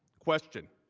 question,